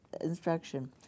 instruction